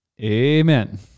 Amen